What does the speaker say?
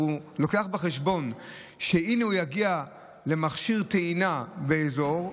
והוא לוקח בחשבון שהינה הוא יגיע למכשיר טעינה באזור,